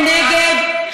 השתתפת במימון שלו.